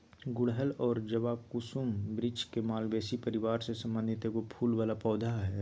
गुड़हल और जवाकुसुम वृक्ष के मालवेसी परिवार से संबंधित एगो फूल वला पौधा हइ